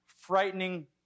frightening